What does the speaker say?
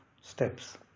steps